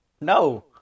No